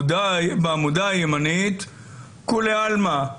בעמודה הימנית כולי עלמא.